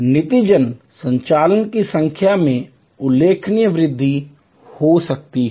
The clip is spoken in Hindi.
नतीजतन संचालन की संख्या में उल्लेखनीय वृद्धि हो सकती है